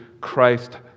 Christ